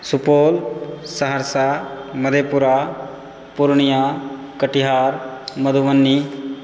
Supaul Saharsa Madhepura Purnia Katihar Madhubani